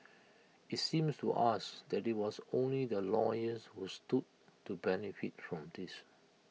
IT seems to us that IT was only the lawyers who stood to benefit from this